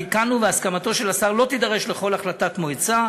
תיקנו, והסכמתו של השר לא תידרש לכל החלטת מועצה.